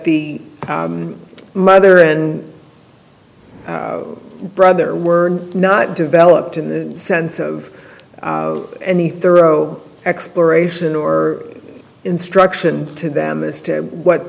the mother and brother were not developed in the sense of any thorough exploration or instruction to them as to what